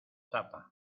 tapa